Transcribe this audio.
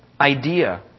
idea